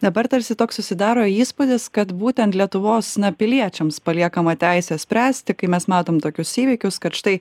dabar tarsi toks susidaro įspūdis kad būtent lietuvos na piliečiams paliekama teisė spręsti kai mes matom tokius įvykius kad štai